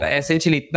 essentially